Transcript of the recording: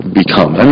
become